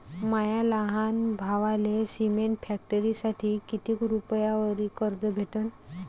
माया लहान भावाले सिमेंट फॅक्टरीसाठी कितीक रुपयावरी कर्ज भेटनं?